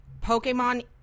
Pokemon